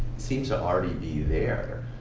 seems to already be there.